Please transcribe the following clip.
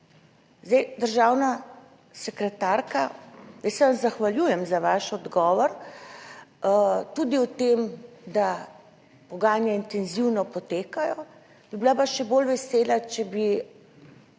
moči. Državna sekretarka, jaz se vam zahvaljujem za vaš odgovor, tudi o tem, da pogajanja intenzivno potekajo, bi bila pa še bolj vesela, če bi